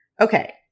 Okay